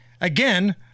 Again